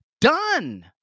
done